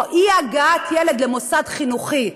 או אי-הגעת ילד למוסד חינוכי,